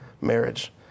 marriage